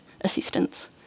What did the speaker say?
assistance